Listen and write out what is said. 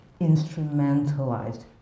instrumentalized